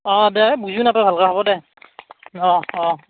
অঁ দে বুজিও নাপায় ভালকে হ'ব দে অঁ অঁ